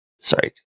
sorry